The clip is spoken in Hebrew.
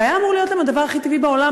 זה היה אמור להיות להם הדבר הכי טבעי בעולם,